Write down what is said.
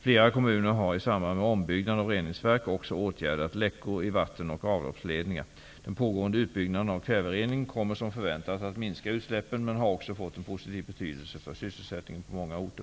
Flera kommuner har i samband med ombyggnad av reningsverk också åtgärdat läckor i vatten och avloppsledningar. Den pågående utbyggnaden av kvävereningen kommer som förväntat att minska utsläppen men har också fått en positiv betydelse för sysselsättningen på många orter.